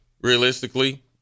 Realistically